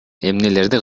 эмнелерди